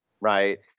right